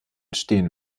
stehen